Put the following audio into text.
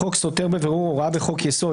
החוק סותר בבירור הוראה בחוק-יסוד,